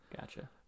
Gotcha